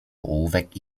ołówek